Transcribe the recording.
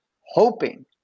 hoping